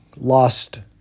lost